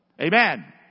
Amen